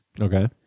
okay